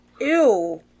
Ew